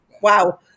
Wow